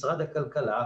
משרד הכלכלה,